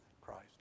Christ